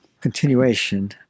continuation